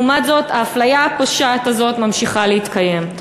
לעומת זאת, האפליה הפושעת הזאת ממשיכה להתקיים.